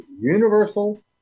universal